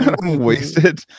wasted